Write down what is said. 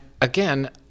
again